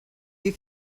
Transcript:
you